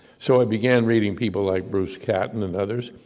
so i began reading people like bruce caplan, and others,